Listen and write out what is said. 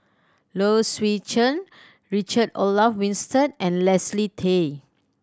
Low Swee Chen Richard Olaf Winstedt and Leslie Tay